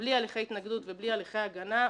בלי הליכי התנגדות ובלי הליכי הגנה,